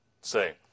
say